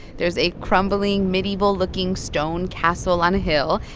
there's a crumbling, medieval-looking stone castle on a hill,